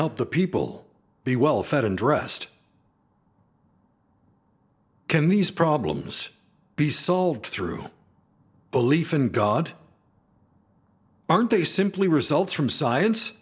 help the people be well fed and dressed can these problems be solved through belief in god aren't they simply results from science